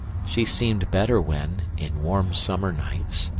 she seemed better when, in warm summer nights,